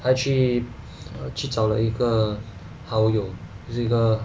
还去去找了一个好友这个